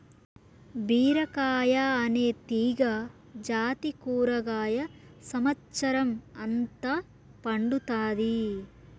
బీరకాయ అనే తీగ జాతి కూరగాయ సమత్సరం అంత పండుతాది